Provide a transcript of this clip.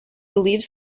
believes